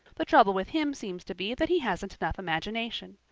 the trouble with him seems to be that he hasn't enough imagination.